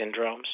syndromes